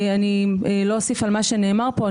אני לא אוסיף על מה שנאמר פה.